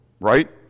right